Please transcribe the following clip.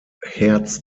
herz